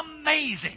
amazing